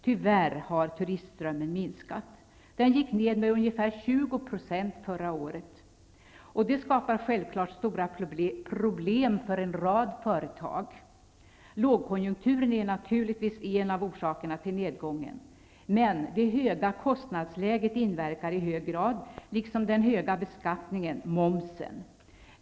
Tyvärr har turistströmmen minskat; den gick ned med ungefär 20 % förra året. Det skapar självklart stora problem för en rad företag. Lågkonjunkturen är naturligtvis en av orsakerna till nedgången, men det höga kostnadsläget inverkar också i hög grad, liksom den höga beskattningen, momsen.